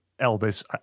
elvis